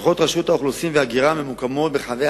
לשכות רשות האוכלוסין וההגירה ממוקמות ברחבי